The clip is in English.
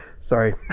sorry